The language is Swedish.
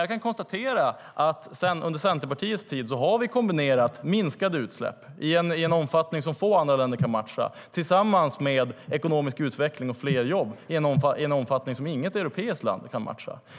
Jag kan konstatera att under Centerpartiets tid har vi kombinerat minskade utsläpp i en omfattning som få andra länder kan matcha med ekonomisk utveckling och fler jobb i en omfattning som inget europeiskt land kan matcha.